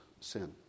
sin